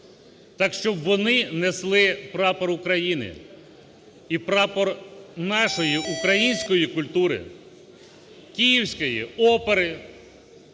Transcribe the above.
так щоб вони несли Прапор України і прапор нашої української культури: Київської опери,